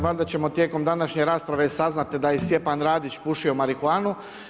Valjda ćemo tijekom današnje rasprave saznati da je Stjepan Radić pušio marihuanu.